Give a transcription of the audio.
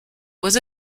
was